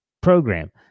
program